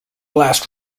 last